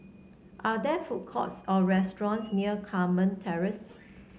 are there food courts or restaurants near Carmen Terrace